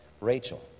Rachel